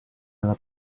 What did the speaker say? nella